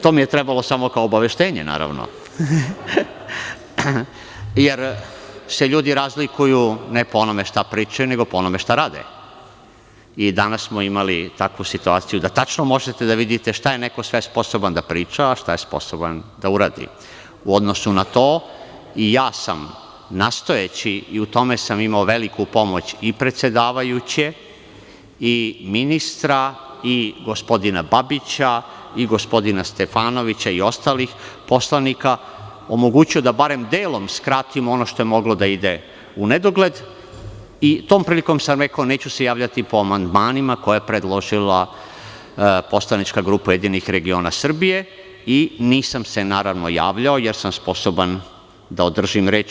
To mi je trebalo samo obaveštenje, naravno jer se ljudi razlikuju ne po onome što pričaju nego po onome šta rade i danas smo imali takvu situaciju da tačno možete da vidite šta je neko sve sposoban da priča a šta je sposoban da uradi u odnosu na to i ja sam nastojeći i u tome sam imao veliku pomoć predsedavajuće, ministra i gospodina Babića, gospodina Stefanovića i ostalih poslanika, omogućio da barem delom skratim ono što je moglo da ide u nedogled i tom prilikom sam rekao neću se javljati po amandmanima koje je predložila poslanička grupa URS i nisam se naravno javljao jer sam sposoban da održim reč.